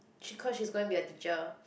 she cause she's going to be a teacher